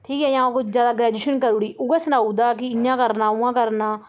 ठीक ऐ जां कोई ज्यादा ग्रैजुेशन करी ओड़ी उ'यै सनाई उदा कि इ'यां करना उ'यां करना